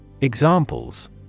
Examples